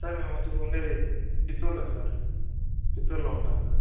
sir మేమొచ్చేసి మేముండేది చిత్తూరులో సార్ చిత్తూరులో ఉంటాం సార్